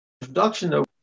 introduction